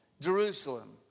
Jerusalem